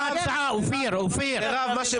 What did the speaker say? אופיר, מה ההצעה?